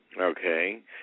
Okay